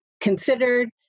considered